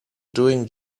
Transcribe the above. doing